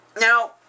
Now